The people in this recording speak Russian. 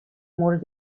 может